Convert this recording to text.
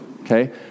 Okay